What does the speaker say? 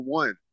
one